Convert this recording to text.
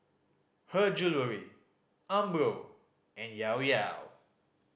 Her Jewellery Umbro and Llao Llao